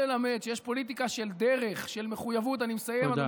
כי אם פוליטיקה זה שקרים ותככים והונאות ורמאויות ועניינים אישיים,